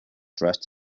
dressed